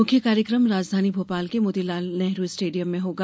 मुख्य कार्यक्रम राजधानी भोपाल के मोतीलाल स्टेडियम में होगा